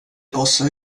aussage